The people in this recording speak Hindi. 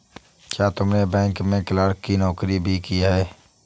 क्या तुमने बैंक में क्लर्क की नौकरी भी की है?